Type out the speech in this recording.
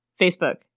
facebook